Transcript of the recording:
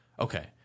Okay